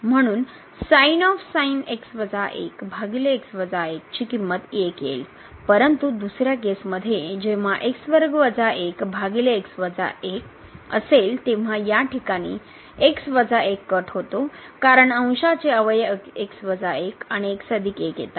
म्हणून ची किंमत 1येईल परंतु दुसऱ्या केसमध्ये जेंव्हा असेल तेंव्हा या ठिकाणी x 1 कट होतो कारण अंशाचे अवयव आणि येतात